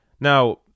Now